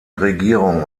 regierung